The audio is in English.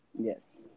Yes